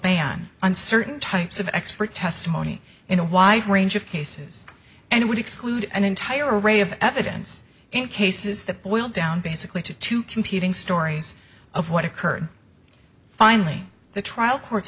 ban on certain types of expert testimony in a wide range of cases and it would exclude an entire array of evidence in cases that boil down basically to two competing stories of what occurred finally the trial court